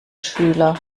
schüler